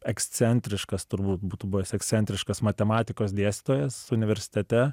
ekscentriškas turbūt būtų buvęs ekscentriškas matematikos dėstytojas universitete